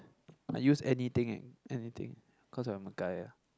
I use anything eh anything cause I am a guy ah